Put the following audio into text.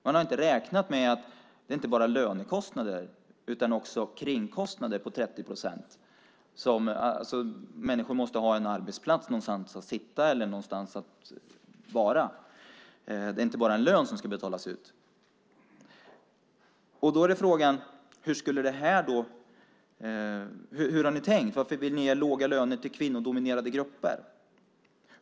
Man har inte räknat med att det inte bara innebär lönekostnader utan också kringkostnader på 30 procent. Människor måste ju ha en arbetsplats - någonstans att sitta eller att vara. Det är inte bara en lön som ska betalas ut. Då är frågan: Hur har ni tänkt? Varför vill ni ge låga löner till kvinnodominerade grupper?